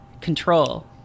control